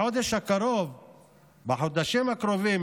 בחודשים הקרובים,